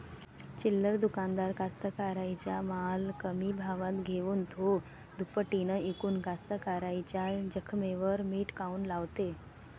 चिल्लर दुकानदार कास्तकाराइच्या माल कमी भावात घेऊन थो दुपटीनं इकून कास्तकाराइच्या जखमेवर मीठ काऊन लावते?